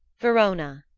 verona.